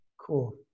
Cool